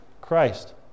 Christ